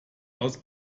aus